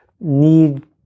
need